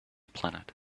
planet